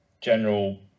general